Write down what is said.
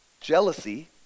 Jealousy